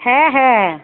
হ্যাঁ হ্যাঁ